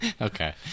okay